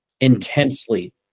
Intensely